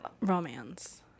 Romance